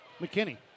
McKinney